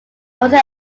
also